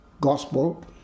gospel